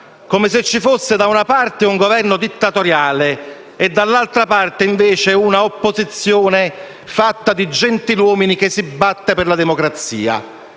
come se ci fosse da una parte un Governo dittatoriale e dall'altra parte, invece, una opposizione fatta di gentiluomini che si batte per la democrazia.